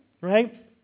right